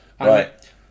Right